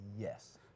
Yes